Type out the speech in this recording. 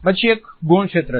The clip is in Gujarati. પછી એક ગૌણ ક્ષેત્ર છે